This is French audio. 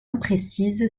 imprécise